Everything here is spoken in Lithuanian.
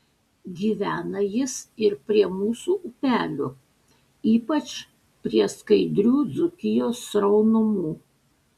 gyvena jis ir prie mūsų upelių ypač prie skaidrių dzūkijos sraunumų